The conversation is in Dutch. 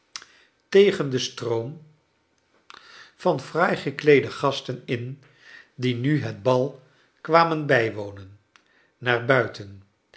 gekleede gasten in die nu het bal kwamen bijwonen naar buiten